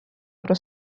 про